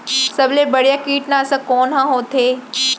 सबले बढ़िया कीटनाशक कोन ह होथे?